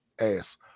ass